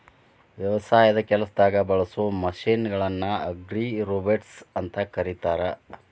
ವ್ಯವಸಾಯದ ಕೆಲಸದಾಗ ಬಳಸೋ ಮಷೇನ್ ಗಳನ್ನ ಅಗ್ರಿರೋಬೊಟ್ಸ್ ಅಂತ ಕರೇತಾರ